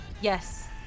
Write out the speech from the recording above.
Yes